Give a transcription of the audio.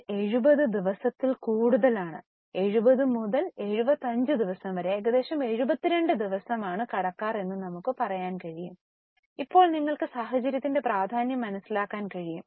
ഇത് 70 ദിവസത്തിൽ കൂടുതലാണെങ്കിൽ 70 മുതൽ 75 ദിവസം വരെ ഏകദേശം 72 ദിവസമാണ് കടക്കാർ എന്ന് നമുക്ക് പറയാൻ കഴിയും ഇപ്പോൾ നിങ്ങൾക്ക് സാഹചര്യത്തിന്റെ പ്രാധാന്യം മനസ്സിലാക്കാൻ കഴിയും